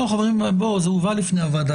זה הובא בפני הוועדה.